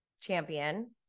champion